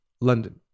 London